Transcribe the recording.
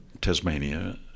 Tasmania